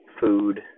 food